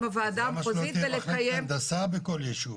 הוועדה המחוזית ולקיים --- זה מה שעושה מחלקת הנדסה בכל ישוב.